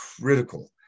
critical